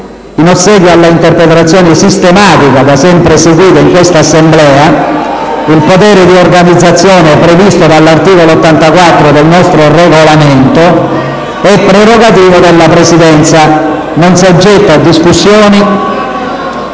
In ossequio alla interpretazione sistematica da sempre seguita in questa Assemblea, il potere di organizzazione previsto dall'articolo 84 del nostro Regolamento è prerogativa della Presidenza, non soggetta a discussione